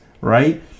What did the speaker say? right